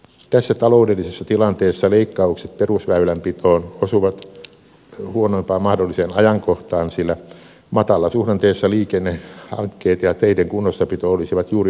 tässä taloudellisessa tilanteessa leikkaukset perusväylänpidosta osuvat huonoimpaan mahdolliseen ajankohtaan sillä matalasuhdanteessa liikennehankkeet ja teiden kunnossapito olisivat juuri oikeanlaista toimintaa